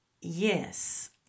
Yes